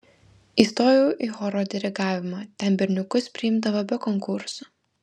įstojau į choro dirigavimą ten berniukus priimdavo be konkurso